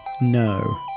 No